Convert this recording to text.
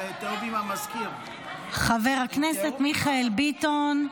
חבר הכנסת מיכאל ביטון,